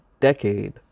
decade